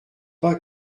pas